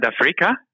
Africa